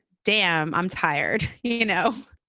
damn, i'm tired you know,